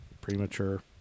Premature